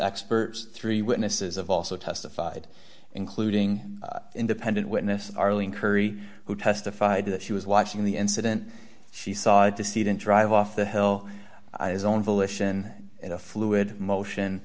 experts three witnesses of also testified including independent witness arlene currie who testified that she was watching the incident she saw it to see didn't drive off the hill is own volition in a fluid motion